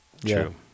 True